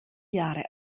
jahre